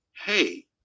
hey